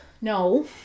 No